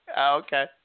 okay